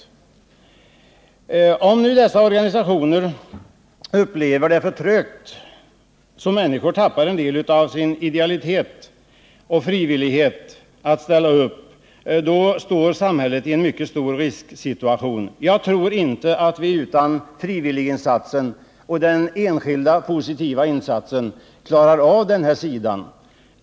Om nu människorna i dessa organisationer upplever det som så trögt att de tappar en del av sin idealitet och blir mindre hågade att ställa upp hamnar samhället i en mycket stor risksituation. Jag tror inte att vi utan den enskilda, positiva frivilliginsatsen klarar de här problemen.